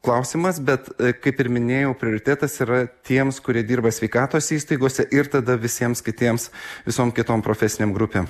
klausimas bet kaip ir minėjau prioritetas yra tiems kurie dirba sveikatos įstaigose ir tada visiems kitiems visom kitom profesinėm grupėm